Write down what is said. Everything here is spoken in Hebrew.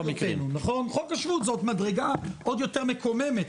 חוק השבות זה מדרגה עוד יותר מקוממת.